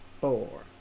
four